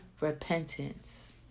repentance